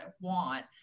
want